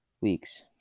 weeks